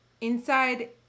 inside